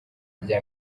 rya